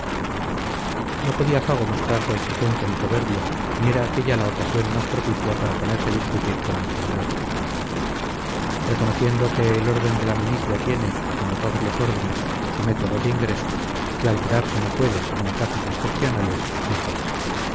no podía fago mostrarse exigente ni soberbio ni era aquélla la ocasión más propicia para ponerse a discutir con el general reconociendo que el orden de la milicia tiene como todos los órdenes su método de ingreso que alterarse no puede sino en casos excepcionales dijo